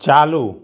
ચાલુ